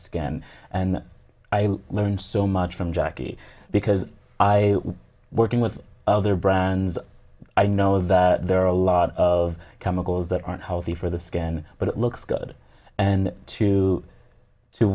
skin and i learned so much from jackie because i working with other brands i know that there are a lot of chemicals that aren't healthy for the skin but it looks good and to to